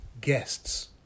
guests